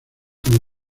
como